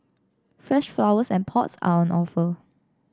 fresh flowers and pots are on offer